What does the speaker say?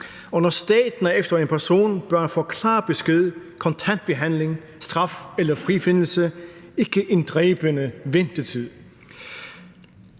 Og når staten er efter en person, bør han få klar besked, kontant behandling, straf eller frifindelse – ikke en dræbende ventetid.